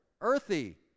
earthy